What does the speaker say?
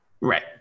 Right